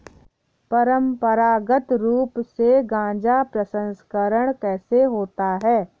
परंपरागत रूप से गाजा प्रसंस्करण कैसे होता है?